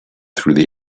through